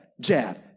jab